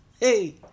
Hey